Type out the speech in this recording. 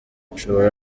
ushobora